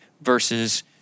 versus